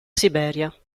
siberia